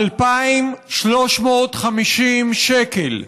2,350 שקל,